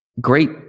Great